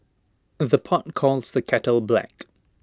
the pot calls the kettle black